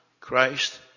Christ